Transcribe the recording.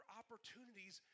opportunities